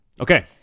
Okay